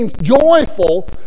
joyful